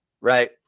right